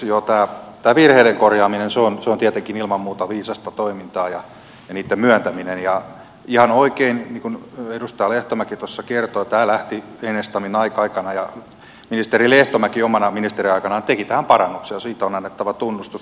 joo tämä virheiden korjaaminen on tietenkin ilman muuta viisasta toimintaa ja niitten myöntäminen ja ihan oikein niin kuin tuossa edustaja lehtomäki kertoi tämä lähti enestamin aikana ja ministeri lehtomäki omana ministeriaikanaan teki tähän parannuksia siitä on annettava tunnustus